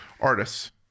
artists